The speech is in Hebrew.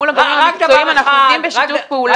מול הגורמים המקצועיים אנחנו עובדים בשיתוף פעולה מופתי.